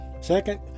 Second